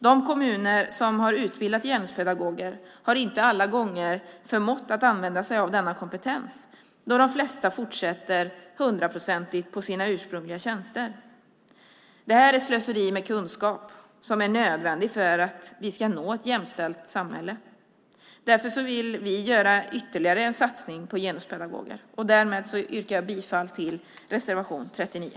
De kommuner som har utbildat genuspedagoger har inte alla gånger förmått att använda sig av denna kompetens då de flesta fortsätter hundraprocentigt på sina ursprungliga tjänster. Det här är slöseri med kunskap som är nödvändig för att vi ska nå ett jämställt samhälle. Därför vill vi göra ytterligare en satsning på genuspedagoger. Därmed yrkar jag bifall till reservation 39.